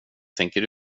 tänker